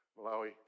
Malawi